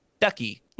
Ducky